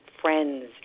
friends